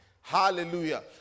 Hallelujah